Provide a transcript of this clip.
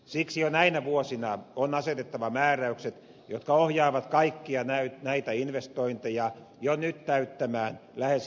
siksi jo näinä vuosina on asetettava määräykset jotka ohjaavat kaikkia näitä investointeja jo nyt täyttämään lähes hiilettömän yhteiskunnan vaatimukset